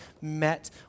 met